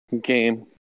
Game